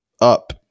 up